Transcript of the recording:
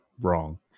wrong